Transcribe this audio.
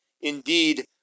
Indeed